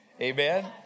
Amen